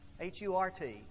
H-U-R-T